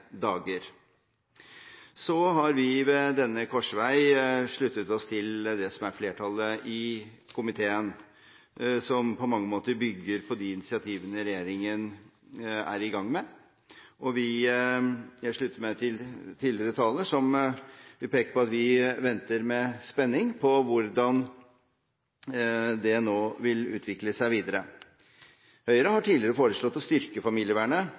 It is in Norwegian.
dager. Så har vi ved denne korsvei sluttet oss til det som er flertallet i komiteen, som på mange måter bygger på de initiativene regjeringen er i gang med. Jeg slutter meg til tidligere taler, som peker på at vi venter med spenning på hvordan det nå vil utvikle seg videre. Høyre har tidligere foreslått å styrke familievernet,